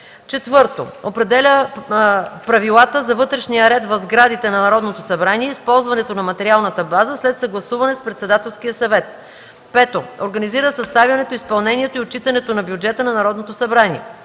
4. определя правилата за вътрешния ред в сградите на Народното събрание и използването на материалната база, след съгласуване с Председателския съвет; 5. организира съставянето, изпълнението и отчитането на бюджета на Народното събрание;